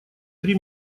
три